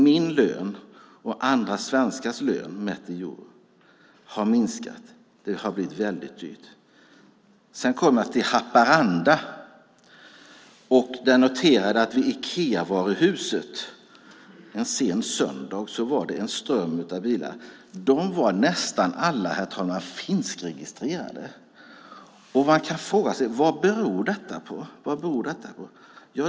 Min och andra svenskars lön mätt i euro har minskat. Det har blivit väldigt dyrt. Sedan kom jag till Haparanda och noterade att det vid Ikeavaruhuset en sen söndagseftermiddag var en ström av bilar. Nästan alla var finskregistrerade. Man kan fråga sig vad det beror på.